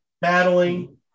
battling